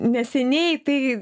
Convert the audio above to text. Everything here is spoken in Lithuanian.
neseniai tai